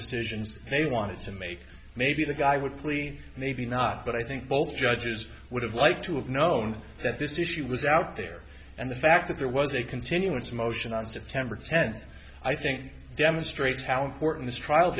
decisions they wanted to make maybe the guy would plea maybe not but i think both judges would have liked to have known that this issue was out there and the fact that there was a continuance motion on september tenth i think demonstrates how important this trial